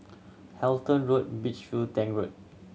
Halton Road Beach View Tank Road